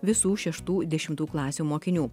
visų šeštų dešimtų klasių mokinių